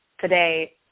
today